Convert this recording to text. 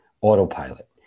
autopilot